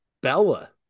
Bella